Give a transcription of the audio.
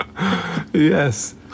Yes